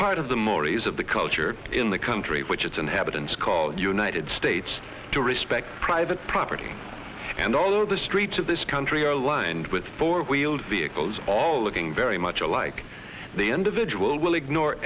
part of the mores of the culture in the country which its inhabitants called united states to respect private property and although the streets of this country are lined with four wheeled vehicles all looking very much alike the individual will ignore